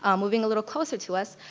um moving a little closer to us,